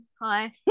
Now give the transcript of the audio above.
hi